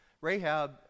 Rahab